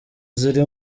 ziri